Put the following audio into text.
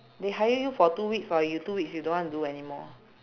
they hire you for two weeks or you two weeks you don't want do anymore